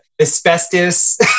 asbestos